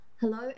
Hello